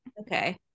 Okay